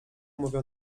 mówią